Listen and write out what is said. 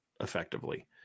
effectively